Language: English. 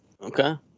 Okay